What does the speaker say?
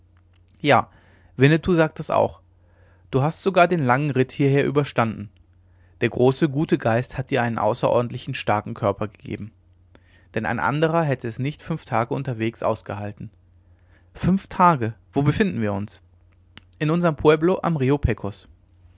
ja winnetou sagte das auch du hast sogar den langen ritt hierher überstanden der große gute geist hat dir einen außerordentlich starken körper gegeben denn ein anderer hätte es nicht fünf tage unterwegs ausgehalten fünf tage wo befinden wir uns in unserm pueblo am rio pecos